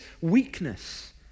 weakness